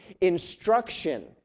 instruction